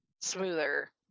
smoother